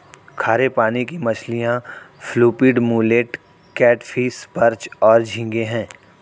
खारे पानी की मछलियाँ क्लूपीड, मुलेट, कैटफ़िश, पर्च और झींगे हैं